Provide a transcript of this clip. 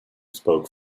spoke